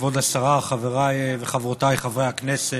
כבוד השרה, חבריי וחברותיי חברי הכנסת,